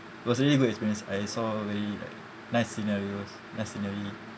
it was really good experience I saw very like nice scenarios nice scenery